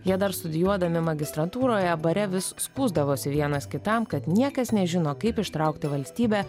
jie dar studijuodami magistrantūroje bare vis skųsdavosi vienas kitam kad niekas nežino kaip ištraukti valstybę